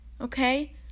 Okay